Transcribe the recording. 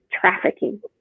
Trafficking